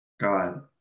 god